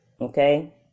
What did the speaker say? Okay